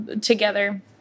together